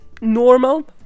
Normal